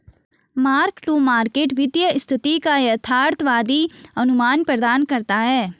mark to market वित्तीय स्थिति का यथार्थवादी अनुमान प्रदान करता है